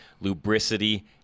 lubricity